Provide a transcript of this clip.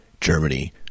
Germany